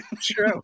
True